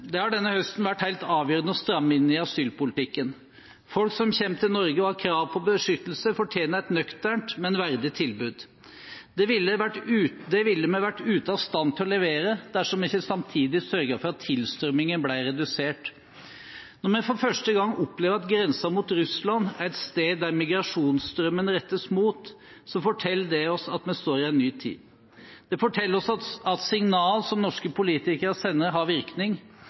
Det har denne høsten vært helt avgjørende å stramme inn i asylpolitikken. Folk som kommer til Norge og har krav på beskyttelse, fortjener et nøkternt, men verdig tilbud. Det ville vi vært ute av stand til å levere dersom vi ikke samtidig sørget for at tilstrømmingen ble redusert. Når vi for første gang opplever at grensen mot Russland er et sted migrasjonsstrømmen rettes mot, forteller det oss at vi står i en ny tid. Det forteller oss at signaler norske politikere sender, har virkning.